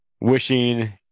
wishing